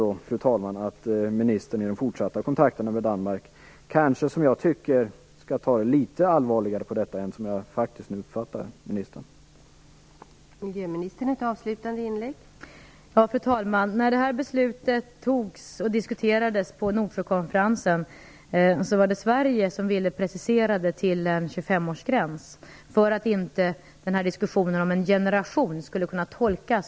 Jag hoppas ändå att ministern i de fortsatta kontakterna med Danmark tar detta på litet större allvar än jag nog uppfattar att ministern gör.